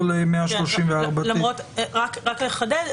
נעבור לתקנה 134ט. רק לחדד.